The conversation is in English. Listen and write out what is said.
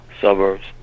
Suburbs